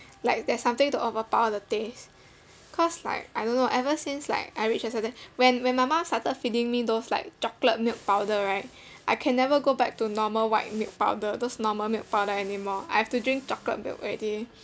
like there's something to overpower the taste cause like I don't know ever since like I reached a certain when when my mum started feeding me those like chocolate milk powder right I can never go back to normal white milk powder those normal milk powder anymore I have to drink chocolate milk already